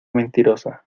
mentirosa